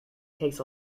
takes